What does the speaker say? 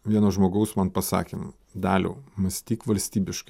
vieno žmogaus man pasakymą daliau mąstyk valstybiškai